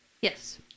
yes